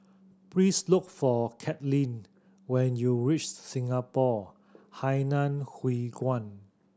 please look for Kathryn when you reach Singapore Hainan Hwee Kuan